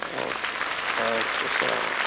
او کے اچھا اسلام و